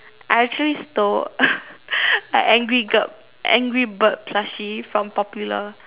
I actually stole a angry angry bird plushie from popular